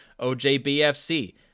OJBFC